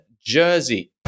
Jersey